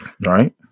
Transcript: Right